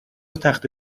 تخته